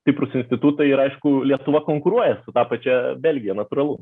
stiprūs institutai ir aišku lietuva konkuruoja ta pačia belgija natūralu